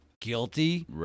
guilty